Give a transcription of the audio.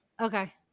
Okay